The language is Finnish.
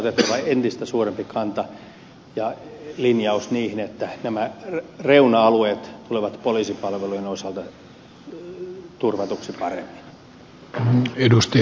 otettava entistä suurempi kanta ja linjaus että nämä reuna alueet tulevat poliisipalvelujen osalta turvatuiksi paremmin